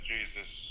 Jesus